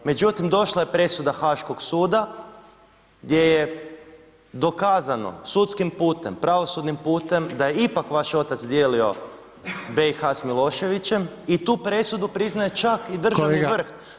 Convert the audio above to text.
Međutim došla je presuda Haškog suda gdje je dokazano sudskim putem pravosudnim putem da je ipak vaš otac dijelio BiH s Miloševićem i tu presudu priznaje čak i državni vrh.